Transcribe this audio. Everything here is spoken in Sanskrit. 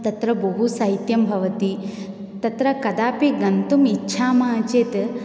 तत्र बहु शैत्यं भवति तत्र कदापि गन्तुम् इच्छामः चेत्